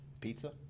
pizza